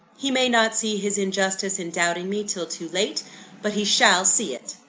he may not see his injustice in doubting me, till too late but he shall see it.